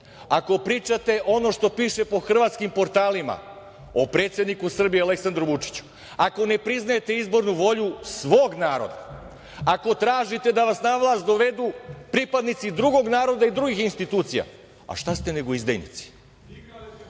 ako pričate ono što piše po hrvatskim portalima, o predsedniku Srbije Aleksandru Vučiću, ako ne priznajete izbornu volju svog naroda, ako tražite da vas na vlast dovedu pripadnici drugog naroda i drugih institucija, a šta ste nego izdajnici?